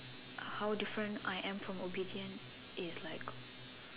how different I am from obedient is like